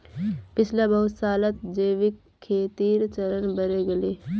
पिछला बहुत सालत जैविक खेतीर चलन बढ़े गेले